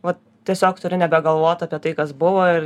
vat tiesiog turi nebegalvot apie tai kas buvo ir